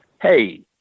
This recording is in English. Hey